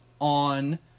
on